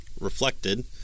reflected